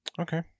Okay